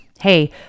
hey